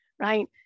Right